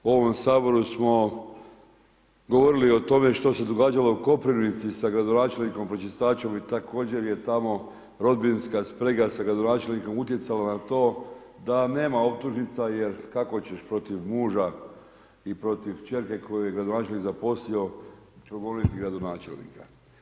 U ovom Saboru smo govorili o tome, što se događalo u Koprivnici sa gradonačelnikom, počistačom i također je tamo robinska sprega sa gradonačelnikom utjecalo na to, da nema optužnica, jer kako ćeš protiv muža i protiv kćerke koju je gradonačelnik zaposlio, … gradonačelnika.